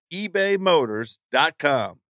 ebaymotors.com